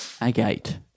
Agate